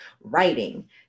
writing